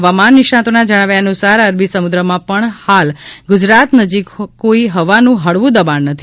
હવામાન નિષ્ણાંતોના જણાવ્યા અનુસાર અરબી સમુદ્દમાં પણ હાલ ગુજરાત નજીક કોઇ હવાનું હળવું દબાણ નથી